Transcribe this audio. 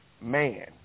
man